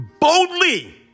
boldly